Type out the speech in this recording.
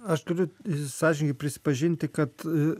aš turiu sąžiningai prisipažinti kad